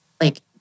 like-